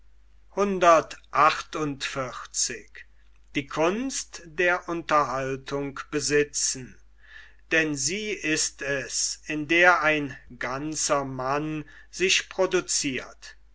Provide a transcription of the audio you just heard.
denn sie ist es in der ein ganzer mann sich producirt